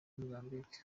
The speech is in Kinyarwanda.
mozambique